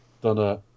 done